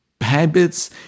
habits